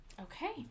Okay